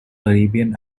arabian